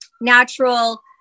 natural